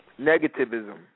Negativism